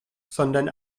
sondern